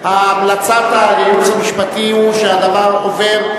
המלצת הייעוץ המשפטי היא שהדבר עובר,